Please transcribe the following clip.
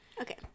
Okay